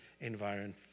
environment